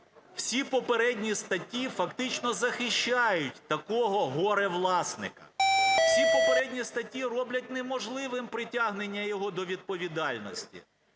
всі попередні статті фактично захищають такого горе-власника. Всі попередні статті роблять неможливим притягнення його до відповідальності.